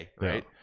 Right